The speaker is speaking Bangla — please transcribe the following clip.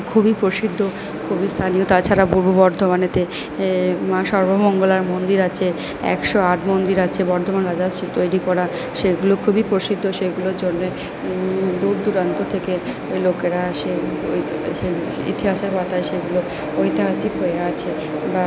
খুবই প্রসিদ্ধ খুবই স্থানীয় তাছাড়া পূর্ব বর্ধমানেতে মা সর্বমঙ্গলার মন্দির আছে একশো আট মন্দির আছে বর্ধমান রাজার তৈরি করা সেগুলো খুবই প্রসিদ্ধ সেগুলোর জন্যে দূর দূরান্ত থেকে লোকেরা আসে ইতিহাসের পাতায় সেগুলো ঐতিহাসিক হয়ে আছে বা